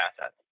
assets